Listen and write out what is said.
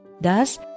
Thus